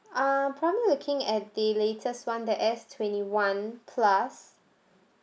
um probably looking at the latest one the S twenty one plus